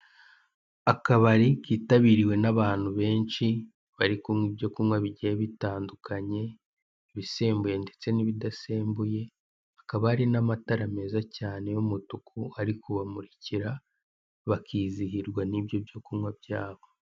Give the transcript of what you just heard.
Akabari kitabiriwe n'abantu benshi barikunywa ibyo kunywa bigiye bitandukanye, ibisembuye ndetse n'ibidasembuye, hakaba hari n'amatara meza cyane y'umutuku arikubamurikira bakizihirwa n'ibyo byo kunywa byabo.